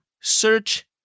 search